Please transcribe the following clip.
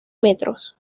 metros